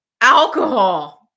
Alcohol